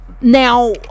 now